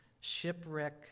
shipwreck